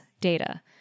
data